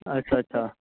अच्छा अच्छा